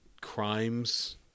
crimes